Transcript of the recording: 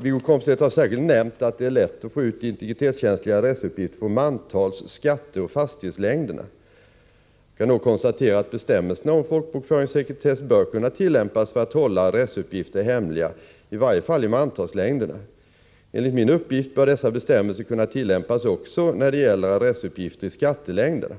Wiggo Komstedt har särskilt nämnt att det är lätt att få ut integritetskänsliga adressuppgifter från mantals-, skatteoch fastighetslängderna. Jag kan då konstatera att bestämmelserna om folkbokföringssekretess bör kunna tillämpas för att hålla adressuppgifter hemliga i varje fall i mantalslängderna. Enligt min mening bör dessa bestämmelser kunna tillämpas också när det gäller adressuppgifter i skattelängderna.